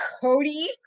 Cody